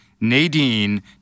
Nadine